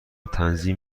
تنظیم